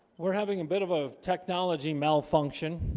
we're having a bit of a technology malfunction